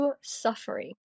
suffering